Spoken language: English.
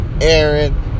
Aaron